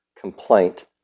complaint